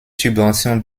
subventions